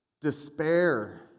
despair